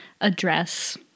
address